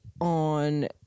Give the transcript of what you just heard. on